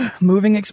Moving